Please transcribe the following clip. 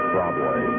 Broadway